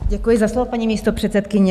Děkuji za slovo, paní místopředsedkyně.